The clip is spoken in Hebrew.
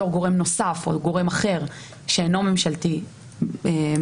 גורם נוסף או גורם אחר שאינו ממשלתי במהותו.